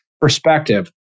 perspective